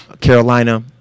Carolina